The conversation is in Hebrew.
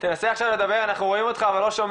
באותו רגע שאנחנו מקבלים את הדיווח מאותו בית